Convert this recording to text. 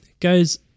Guys